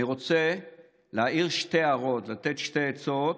אני רוצה להעיר שתי הערות, לתת שתי עצות